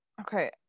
Okay